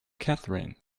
catherine